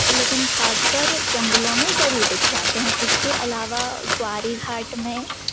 लेकिन ख़ास कर जंगलों में ज़रूर दिख जाते हैं इसके अलावा कुंवारी घाट में